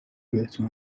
بهتون